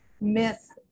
myth